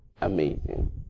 Amazing